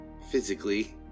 Physically